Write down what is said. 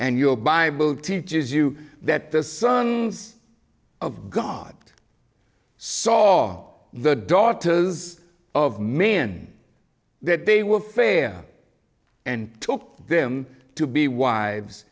and your bible teaches you that the sung's of god saw the daughters of men that they were fair and took them to be wives